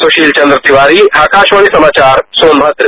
सुशील चंद्र तिवारी आकाशवाणी समाचार सोनभद्र